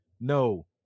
No